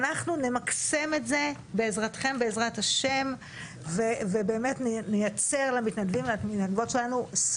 שרת ההתיישבות והמשימות הלאומיות אורית